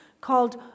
called